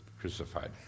crucified